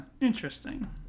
interesting